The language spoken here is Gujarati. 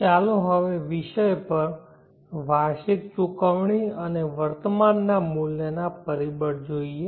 ચાલો હવે વિષય પર વાર્ષિક ચુકવણી અને વર્તમાનના મૂલ્યના પરિબળ જોઈએ